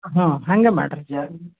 ಹಾಂ ಹಾಗೆ ಮಾಡಿರಿ ಜ